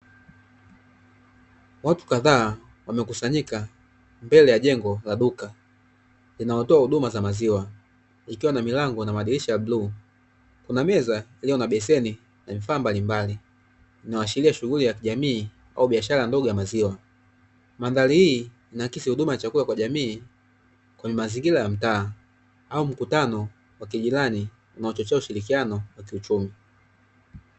Watu kadhaa wamekusanyika mbele ya jengo la duka linalotoa huduma za maziwa, ikiwa na milango na madirisha ya bluu. Kuna meza iliyo na beseni na vifaa mbalimbali vinavyoashiria shughuli ya kijamii au biashara ndogo ya maziwa. Mandhari hii inaakisi huduma ya chakula kwa jamii kwenye mazingira ya mtaa au mkutano wa kijirani, unaochochea ushirikiano wa kiuchumi.